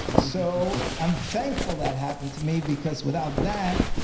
so i'm thankful that happened to me because without that,